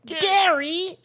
Gary